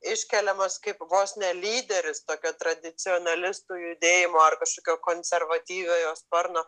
iškeliamas kaip vos ne lyderis tokio tradicionalistų judėjimo ar kažkokio konservatyviojo sparno